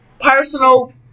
personal